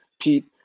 Pete